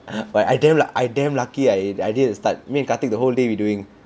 but I damn luck I damn lucky I did the start me and karthik the whole day we doing